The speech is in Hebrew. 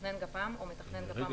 מתכנן גפ"מ או מתכנן גפ"מ בכיר,